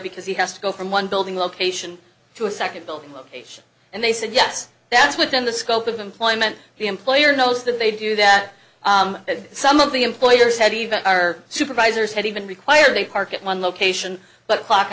because he has to go from one building location to a second building location and they said yes that's within the scope of employment the employer knows that they do that and some of the employers have even or supervisors had even required a park at one location but clock